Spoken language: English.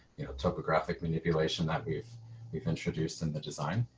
topographic manipulation that we've we've introduced in the design.